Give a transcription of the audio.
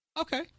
Okay